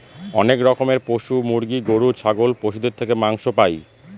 অনেক রকমের পশু মুরগি, গরু, ছাগল পশুদের থেকে মাংস পাই